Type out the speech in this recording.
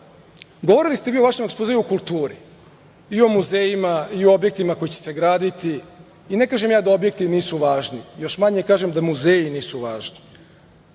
Govorili ste vi u vašem ekspozeu o kulturi i o muzejima, i o objektima koji će se graditi, i ne kažem ja da objekti nisu važni, još manje kažem da muzeji nisu važni,